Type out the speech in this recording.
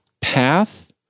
path